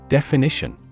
Definition